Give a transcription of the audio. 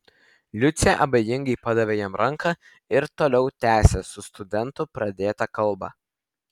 liucė abejingai padavė jam ranką ir toliau tęsė su studentu pradėtą kalbą